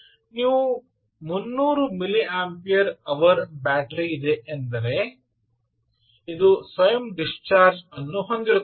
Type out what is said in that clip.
ನೀವು 300 milliampere hour battery ಇದೆ ಎಂದರೆ ಉಲ್ಲೇಖ ಸಮಯ 2022 ಇದು ಸ್ವಯಂ ಡಿಸ್ಚಾರ್ಜ್ ಅನ್ನು ಹೊಂದಿರುತ್ತದೆ